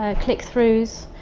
ah click throughs,